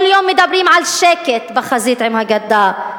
כל יום מדברים על שקט בחזית עם הגדה.